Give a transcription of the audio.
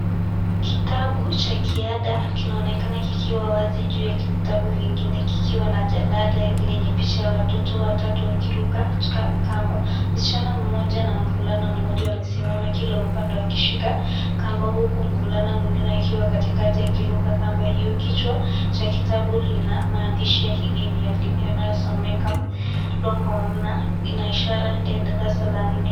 Kitabu cha kiada kinaonekana kikiwa wazi juu ya vitabu vingine, kikiwa na jalada lenye picha ya watoto watatu wakiruka kamba. Msichana mmoja na mvulana mmoja, wamesimama kila upande, wakishika kamba huku mvulana mwingine akiwa katikati akiruka kamba hiyo. Kichwa cha kitabu lina maandishi ya kigeni yanayosomeka, Longhorn na ina ishara ya darasa la nne.